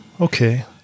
Okay